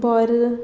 बोर